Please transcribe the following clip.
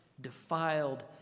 defiled